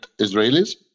Israelis